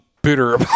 bitter